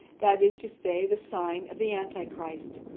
that is to say, the sign of the antichrist.